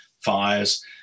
fires